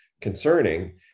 concerning